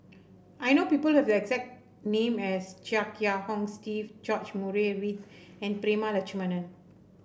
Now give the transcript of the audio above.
I know people exact name as Chia Kiah Hong Steve George Murray Reith and Prema Letchumanan